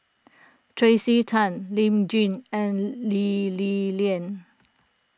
Tracey Tan Lee Tjin and Lee Li Lian